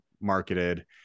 marketed